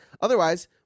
Otherwise